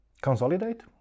consolidate